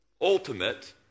ultimate